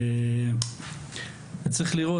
צריך לראות,